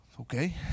Okay